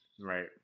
Right